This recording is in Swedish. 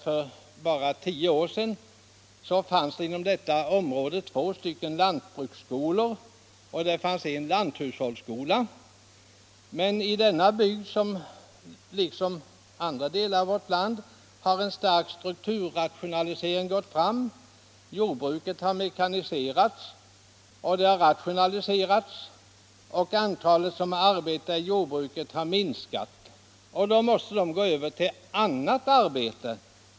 För bara tio år sedan fanns det inom detta område två lantbruksskolor och en lanthushållsskola. Men i denna bygd liksom i andra delar av vårt land har en stark strukturrationalisering gått fram. Jordbruket har mekaniserats och rationaliserats, och antalet människor som arbetar i jordbruket har minskat. De som då rationaliseras bort måste gå över till annat arbete.